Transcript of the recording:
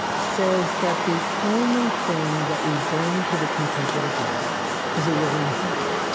says that the only thing that we bring to the contemplative life is a willing heart.